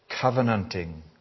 covenanting